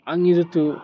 आंनि जितु